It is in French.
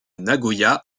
nagoya